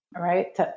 right